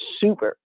super